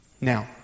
Now